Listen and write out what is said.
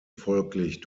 folglich